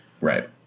Right